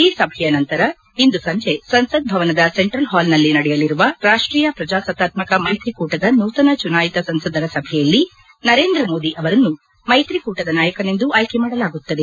ಈ ಸಭೆಯ ನಂತರ ಇಂದು ಸಂಜೆ ಸಂಸತ್ ಭವನದ ಸೆಂಟ್ರಲ್ ಹಾಲ್ನಲ್ಲಿ ನಡೆಯಲಿರುವ ರಾಷ್ಸೀಯ ಪ್ರಜಾಸತ್ತಾತ್ಕಕ ಮ್ಲೆತ್ರಿಕೂಟದ ನೂತನ ಚುನಾಯಿತ ಸಂಸದರ ಸಭೆಯಲ್ಲಿ ನರೇಂದ್ರಮೋದಿ ಅವರನ್ನು ಮೈತ್ರಿಕೂಟದ ನಾಯಕನೆಂದು ಆಯ್ಲೆ ಮಾಡಲಾಗುತ್ತದೆ